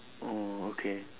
oh okay